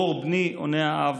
אור בני, עונה האב,